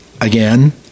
again